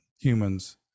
humans